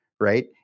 Right